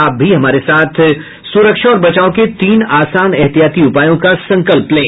आप भी हमारे साथ सुरक्षा और बचाव के तीन आसान एहतियाती उपायों का संकल्प लें